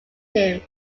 him